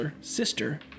sister